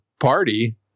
party